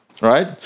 Right